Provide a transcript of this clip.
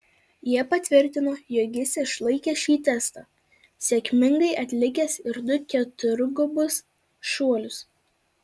jie patvirtino jog jis išlaikė šį testą sėkmingai atlikęs ir du keturgubus šuolius